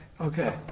Okay